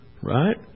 right